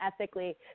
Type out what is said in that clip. ethically